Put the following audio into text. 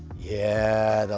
yeah,